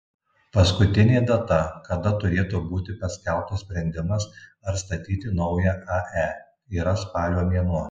paskutinė data kada turėtų būti paskelbtas sprendimas ar statyti naują ae yra spalio mėnuo